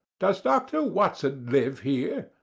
does dr. watson live here?